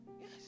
Yes